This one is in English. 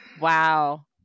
Wow